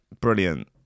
brilliant